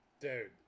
Dude